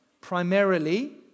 primarily